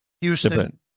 Houston